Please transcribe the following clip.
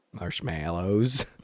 Marshmallows